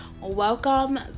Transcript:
welcome